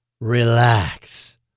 relax